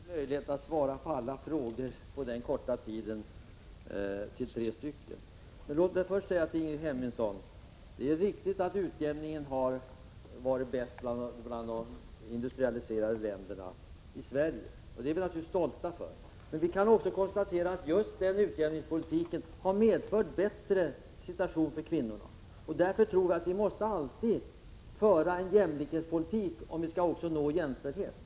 Herr talman! Jag har naturligtvis inte möjlighet att på den korta tid som står mig till buds svara på alla frågor från de tre meddebattörerna, men låt mig först vända mig till Ingrid Hemmingsson. Det är riktigt att Sverige ligger främst bland de industrialiserade länderna när det gäller utjämningen. Det är vi naturligtvis stolta över. Vi kan också konstatera att just den utjämningspolitiken har medfört en bättre situation för kvinnorna. Därför tror jag att vi alltid måste föra en jämlikhetspolitik om vi skall uppnå jämställdhet.